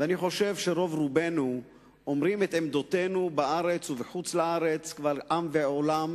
ואני חושב שרוב-רובנו אומרים את עמדותינו בארץ ובחוץ-לארץ קבל עם ועולם,